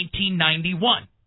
1991